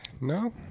No